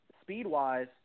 speed-wise